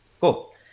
Cool